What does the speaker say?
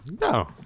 No